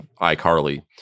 iCarly